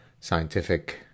scientific